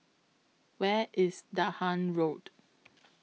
Where IS Dahan Road